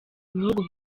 bihugu